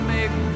Make